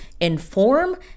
inform